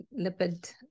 lipid